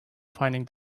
finding